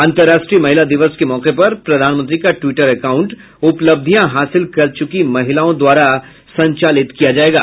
अंतरराष्ट्रीय महिला दिवस के मौके पर प्रधानमंत्री का ट्विटर अकांउट उपलब्धियां हासिल कर चुकी महिलाओं द्वारा संचालित किया जाएगा